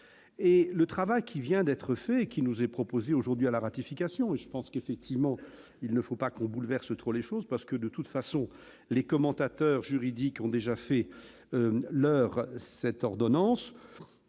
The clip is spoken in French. et le travail qui vient d'être fait qui nous est proposé aujourd'hui à la ratification et je pense qu'effectivement, il ne faut pas qu'on bouleverse trop les choses parce que de toute façon, les commentateurs juridique qui ont déjà fait leur cette ordonnance